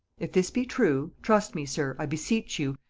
if this be true, trust me, sir, i beseech you,